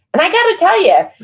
and i got to tell you,